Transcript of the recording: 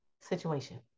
situation